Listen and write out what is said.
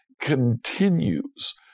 continues